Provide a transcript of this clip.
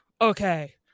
Okay